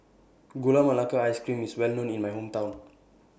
Gula Melaka Ice Cream IS Well known in My Hometown